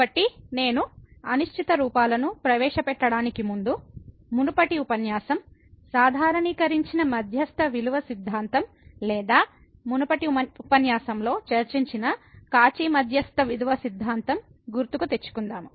కాబట్టి నేను అనిశ్చిత రూపాలను ప్రవేశపెట్టడానికి ముందు మునుపటి ఉపన్యాసం సాధారణీకరించిన మధ్యస్థ విలువ సిద్ధాంతం లేదా మునుపటి ఉపన్యాసంలో చర్చించిన కాచి మధ్యస్థ విలువ సిద్ధాంతం గుర్తుకు తెచ్చుకుందాము